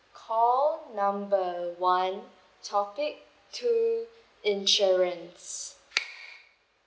call number one topic two insurance